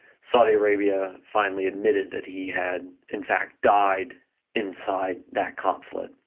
saudi arabia finally admitted that he had, in fact, died inside that consulate.